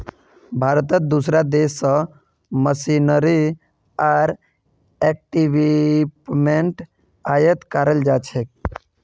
भारतत दूसरा देश स मशीनरी आर इक्विपमेंट आयात कराल जा छेक